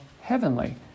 heavenly